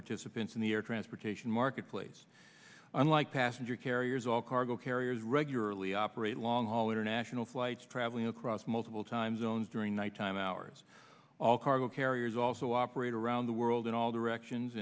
participants in the air transportation marketplace unlike passenger carriers all cargo carriers regularly operate long haul international flights travelling across multiple time zones during nighttime hours all cargo carriers also operate around the world in all directions